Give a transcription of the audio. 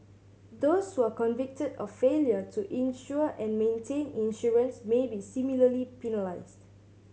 those who are convicted of failure to insure and maintain insurance may be similarly penalised